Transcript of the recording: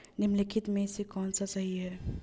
निम्नलिखित में से कौन सा सही है?